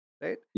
right